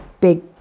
big